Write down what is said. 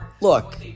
Look